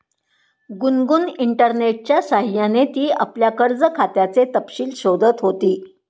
गुनगुन इंटरनेटच्या सह्याने ती आपल्या कर्ज खात्याचे तपशील शोधत होती